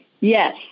Yes